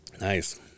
nice